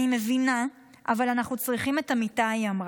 אני מבינה, אבל אנחנו צריכים את המיטה, היא אמרה,